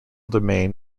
domain